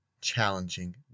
challenging